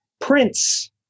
Prince